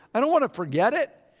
i don't want to forget it.